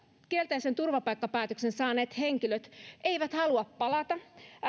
kielteisen turvapaikkapäätöksen saaneet henkilöt eivät halua palata